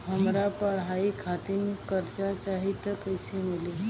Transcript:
हमरा पढ़ाई खातिर कर्जा चाही त कैसे मिली?